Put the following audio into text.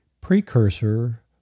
precursor